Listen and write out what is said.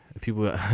people